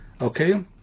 okay